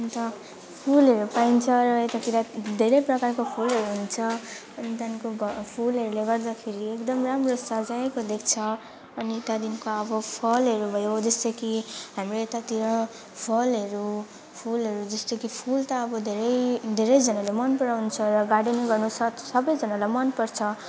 अन्त फुलहरू पाइन्छ र यतातिर धेरै प्रकारको फुलहरू हुन्छ अनि त्यहाँदेखिको फुलहरूले गर्दाखेरि एकदम राम्रो सजाएको देख्छ अनि त्यहाँदेखिको अब फलहरू भयो जस्तै कि हाम्रो यतातिर फलहरू फुलहरू जस्तो कि फुल ता अब धेरै धेरैजनाले मनपराउँछ र गार्डेनिङ गर्नु सब सबैजनालाई मनपर्छ